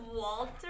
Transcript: Walter